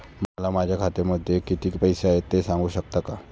मला माझ्या खात्यामध्ये किती पैसे आहेत ते सांगू शकता का?